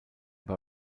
bei